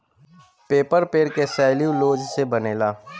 paper पेड़ के cellulose से बनेला